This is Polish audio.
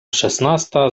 szesnasta